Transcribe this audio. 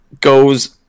goes